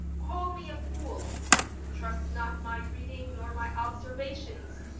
call me a fool trust not my reading nor my observations,